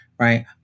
Right